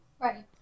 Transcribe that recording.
Right